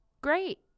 great